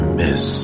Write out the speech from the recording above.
miss